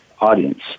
audience